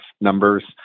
numbers